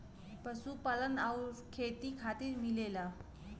पशुपालन आउर खेती खातिर मिलेला